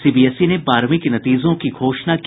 CBSE ने बारहवीं के नतीजों की घोषणा की